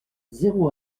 zéro